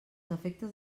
efectes